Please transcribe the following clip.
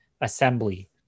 assembly